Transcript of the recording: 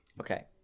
Okay